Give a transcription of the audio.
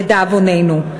לדאבוננו.